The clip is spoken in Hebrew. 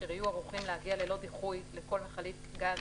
אשר יהיו ערוכים להגיע ללא דיחוי לכל מכלית גז